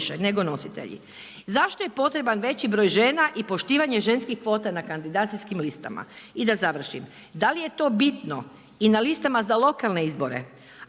nego nositelji. Zašto je potreban veći broj žena i poštivanje ženskih kvota na kandidacijskim listama? I da završim. Da li je to bitno i na listama za lokalne izbore?